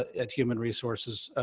at human resources.